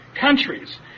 countries